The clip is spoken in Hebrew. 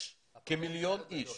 יש כמיליון אנשים